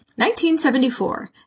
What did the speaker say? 1974